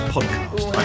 Podcast